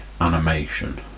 animation